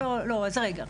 לא, לא, רגע.